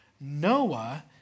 Noah